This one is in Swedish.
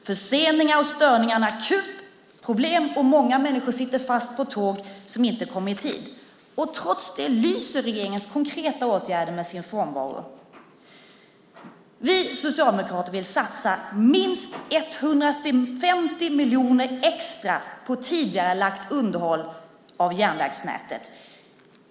Förseningarna och störningarna är ett akut problem, och många människor sitter fast på tåg som inte kommer i tid. Trots det lyser regeringens konkreta åtgärder med sin frånvaro. Vi socialdemokrater vill satsa minst 150 miljoner extra på tidigarelagt underhåll av järnvägsnätet.